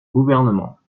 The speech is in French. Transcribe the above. gouvernements